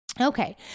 Okay